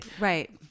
Right